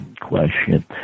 question